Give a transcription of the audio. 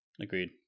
agreed